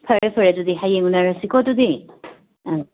ꯐꯔꯦ ꯐꯔꯦ ꯑꯗꯨꯗꯤ ꯍꯌꯦꯡ ꯎꯅꯔꯁꯤꯀꯣ ꯑꯗꯨꯗꯤ